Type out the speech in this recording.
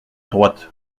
droite